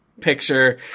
picture